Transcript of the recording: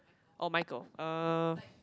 or Michael uh